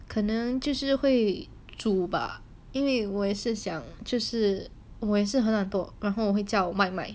可能就是会煮吧因为我也是想就事我也是很懒惰然后我会叫外卖